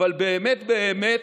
אבל באמת באמת,